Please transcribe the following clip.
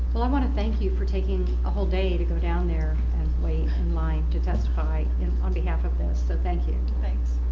well, i want to thank you for taking a whole day to go down there. and wait in line to testify on behalf of this. so thank you. thanks.